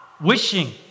Wishing